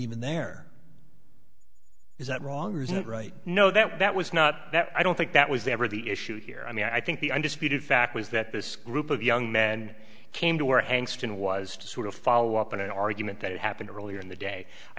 even there is that wrong or isn't right no that that was not that i don't think that was ever the issue here i mean i think the undisputed fact was that this group of young men came to our hands ten was to sort of follow up on an argument that happened earlier in the day i